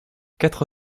quatre